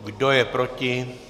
Kdo je proti?